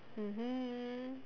mmhmm